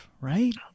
right